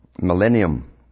Millennium